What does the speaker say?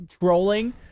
rolling